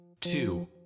two